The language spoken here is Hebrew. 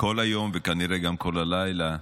כל היום, וכנראה גם כל הלילה,